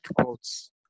quotes